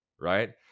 right